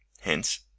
Hence